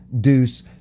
deuce